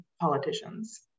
politicians